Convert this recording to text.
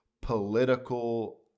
political